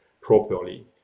properly